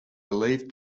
believed